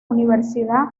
universidad